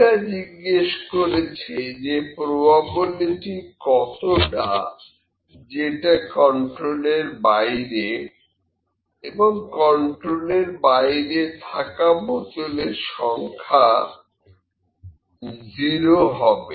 এটা জিজ্ঞেস করেছে যে প্রবাবিলিটি কতটা যে এটা কন্ট্রোলের বাইরে এবং কন্ট্রোলের বাইরে থাকা বোতলের সংখ্যা 0 হবে